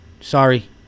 Sorry